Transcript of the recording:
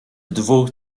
dwóch